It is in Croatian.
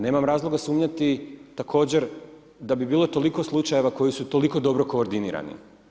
Nemam razloga sumnjati također da bi bilo toliko slučajeva koji su toliko dobro koordinirani.